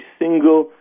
single